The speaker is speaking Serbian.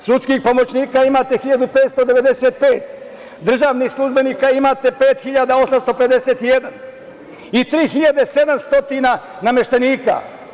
Sudskih pomoćnika imate 1.595, državnih službenika imate 5.851 i 3.700 nameštenika.